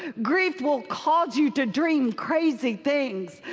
grief will cause you to dream crazy things.